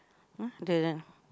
!huh! the